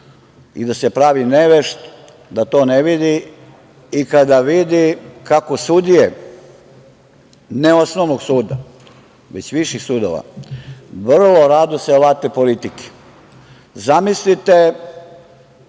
i da se pravi nevešt da to ne vidi i kada vidi kako sudije, ne osnovnog suda, već viših sudova, vrlo rado se late politike. Zamislite,